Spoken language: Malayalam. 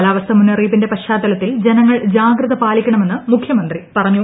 കാലാവസ്ഥാ മുന്നറിയിപ്പിന്റെ പശ്ചാത്തലത്തിൽ ജനങ്ങൾ ജാഗ്രത പാലിക്കണമെന്ന് മുഖ്യമന്ത്രി പറഞ്ഞു